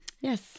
Yes